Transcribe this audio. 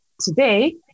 Today